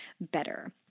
better